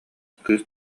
кыыс